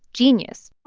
genius